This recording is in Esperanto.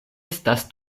estas